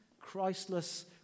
Christless